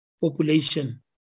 population